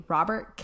Robert